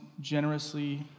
generously